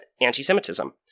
anti-Semitism